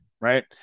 right